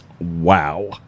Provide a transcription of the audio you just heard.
Wow